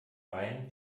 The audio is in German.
wein